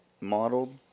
modeled